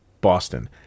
Boston